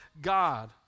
God